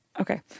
Okay